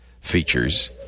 features